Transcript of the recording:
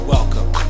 Welcome